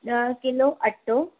ॾह किलो अटो